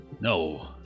No